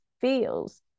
feels